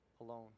alone